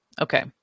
Okay